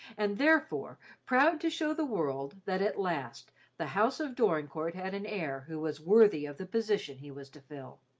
and therefore proud to show the world that at last the house of dorincourt had an heir who was worthy of the position he was to fill.